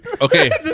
Okay